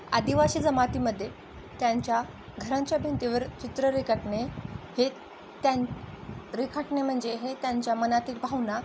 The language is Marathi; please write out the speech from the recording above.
आदिवासी जमातीमध्ये त्यांच्या घरांच्या भिंतीवर चित्र रेखाटणे हे त्या रेखाटणे म्हणजे हे त्यांच्या मनातील भावना